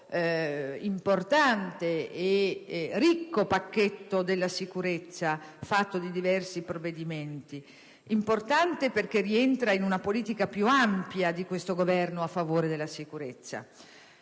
importante e ricco pacchetto sicurezza, fatto di diversi provvedimenti; importante, perché rientra in una politica più ampia di questo Governo a favore della sicurezza.